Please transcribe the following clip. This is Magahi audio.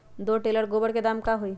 दो टेलर गोबर के दाम का होई?